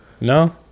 No